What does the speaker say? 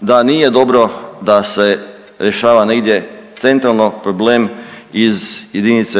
da nije dobro da se rješava negdje centralno problem iz JLS